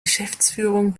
geschäftsführung